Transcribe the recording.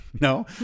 no